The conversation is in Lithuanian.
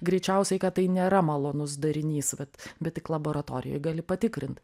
greičiausiai kad tai nėra malonus darinys vat bet tik laboratorijoj gali patikrint